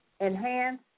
enhance